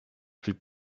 plus